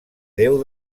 déu